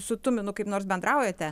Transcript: su tuminu kaip nors bendraujate